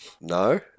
No